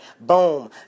boom